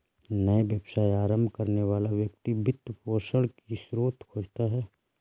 नया व्यवसाय आरंभ करने वाला व्यक्ति वित्त पोषण की स्रोत खोजता है